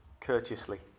courteously